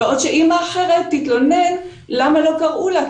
בעוד שאימא אחרת תתלונן למה לא קראו לה,